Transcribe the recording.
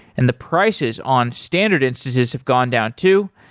and the prices on standard instances have gone down too.